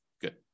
Good